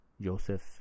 Joseph